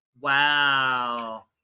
Wow